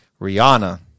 rihanna